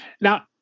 Now